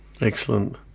Excellent